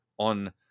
on